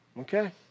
okay